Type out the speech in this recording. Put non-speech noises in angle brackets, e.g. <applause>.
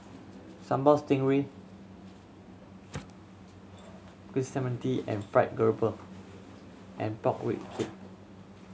Sambal Stingray <unintelligible> fried grouper and pork rib soup